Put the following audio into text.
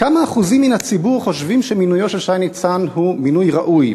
כמה אחוזים בקרב הציבור חושבים שהמינוי של שי ניצן הוא מינוי ראוי?